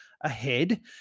ahead